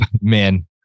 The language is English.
man